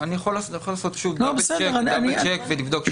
אני יכול לעשות דאבל צ'ק ולבדוק שוב.